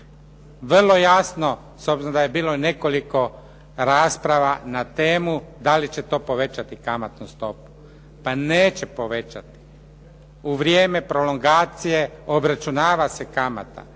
s obzirom da je bilo nekoliko rasprava na temu da li će to povećati kamatnu stopu. Pa neće povećati. U vrijeme prolongacije obračunava se kamata,